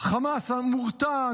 חמאס מורתע,